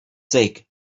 sake